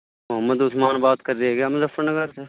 محمد عثمان بات کر رہے ہیں کیا مظفر نگر سے